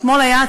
אתמול היה,